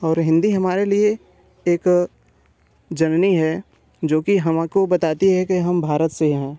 और हिन्दी हमारे लिए एक जननी है जो कि हम को बताती है कि हम भारत से हैं